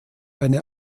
eine